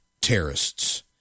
terrorists